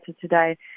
today